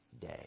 day